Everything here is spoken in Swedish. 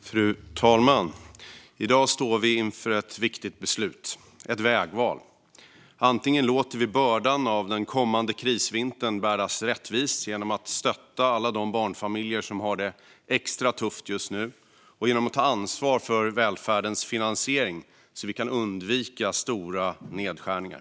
Fru talman! I dag står vi inför ett viktigt beslut. Det är ett vägval. I det ena fallet låter vi bördan av den kommande krisvintern bäras rättvist genom att stötta alla de barnfamiljer som har det extra tufft just nu och genom att ta ansvar för välfärdens finansiering så att vi kan undvika stora nedskärningar.